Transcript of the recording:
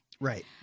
Right